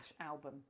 album